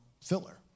filler